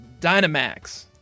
Dynamax